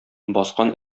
баскан